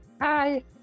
Hi